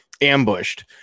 ambushed